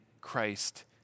Christ